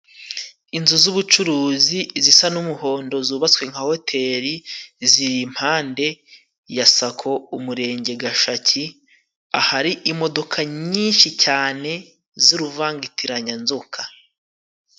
Inzu z'ubucuruzi zisa n'umuhondo zubatswe nka hoteri. Ziri impande ya sako umurenge Gashaki, ahari imodoka nyinshi cyane z'uruvangitiranyazoka.